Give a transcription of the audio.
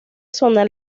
zona